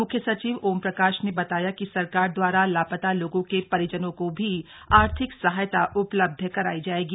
मुख्य सचिव ओमप्रकाश ने बताया कि सरकार लापता लोगों के परिजनों को भी आर्थिक सहायता उपलब्ध कराई जाएगी